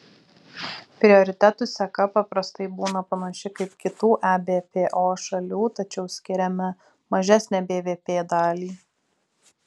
prioritetų seka paprastai būna panaši kaip kitų ebpo šalių tačiau skiriame mažesnę bvp dalį